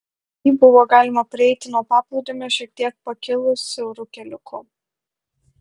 jį buvo galima prieiti nuo paplūdimio šiek tiek pakilus siauru keliuku